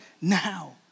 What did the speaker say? now